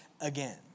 again